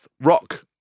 Rock